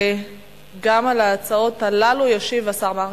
הצעות לסדר-היום מס' 5499,